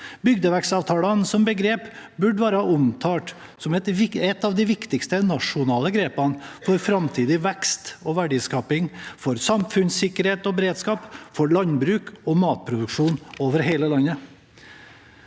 Bygdevekstavtaler som begrep burde være omtalt som et av de viktigste nasjonale grepene for framtidig vekst og verdiskaping, for samfunnssikkerhet og beredskap og for landbruk og matproduksjon over hele landet.